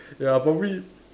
ya probably